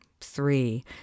three